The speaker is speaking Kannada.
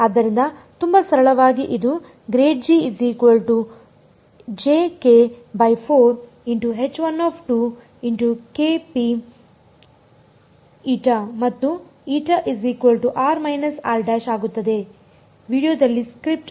ಆದ್ದರಿಂದ ತುಂಬಾ ಸರಳವಾಗಿ ಇದು ಮತ್ತು ಆಗುತ್ತದೆ ವೀಡಿಯೊದಲ್ಲಿ ಸ್ಕ್ರಿಪ್ಟ್ ಆರ್